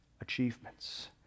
achievements